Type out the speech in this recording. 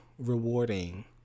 rewarding